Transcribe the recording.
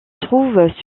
trouve